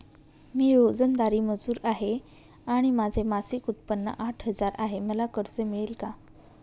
मी रोजंदारी मजूर आहे आणि माझे मासिक उत्त्पन्न आठ हजार आहे, मला कर्ज मिळेल का?